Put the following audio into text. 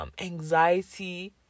anxiety